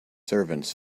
servants